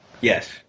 Yes